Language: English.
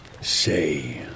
Say